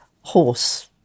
horse